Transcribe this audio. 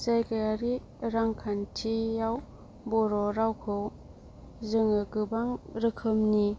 जायगायारि रां खान्थियाव बर' रावखौ जोङो गोबां रोखोमनि